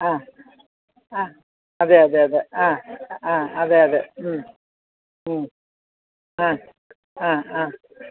ആ ആ അതെ അതെ അതെ ആ ആ അതെ അതെ മ് മ് ആ